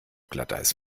glatteis